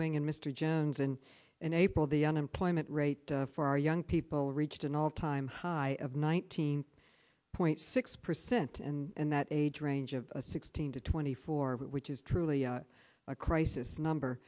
wing and mr jones and in april the unemployment rate for our young people reached an all time high of nineteen point six percent and that age range of sixteen to twenty four which is truly a crisis